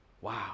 Wow